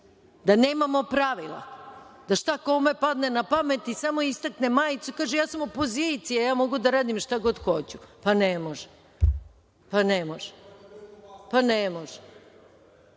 Da nemamo pravila? Da šta kome padne napamet i samo istakne majicu i kaže – ja sam opozicija, ja mogu da radim šta god hoću. Pa, ne može. Pa, Gordana Čomić